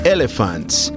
Elephants